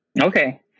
okay